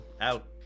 out